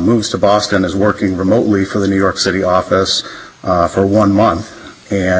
moved to boston as working remotely for the new york city office for one month and